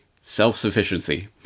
self-sufficiency